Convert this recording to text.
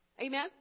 Amen